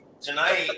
tonight